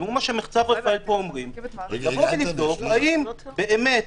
אל מול מה שמחצב רפאל אומרים - האם באמת